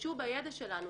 תשתמשו בידע שלנו.